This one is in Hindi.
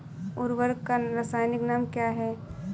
उर्वरक का रासायनिक नाम क्या है?